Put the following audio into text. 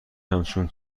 همچون